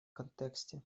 контексте